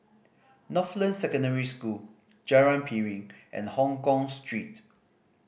Northland Secondary School Jalan Piring and Hongkong Street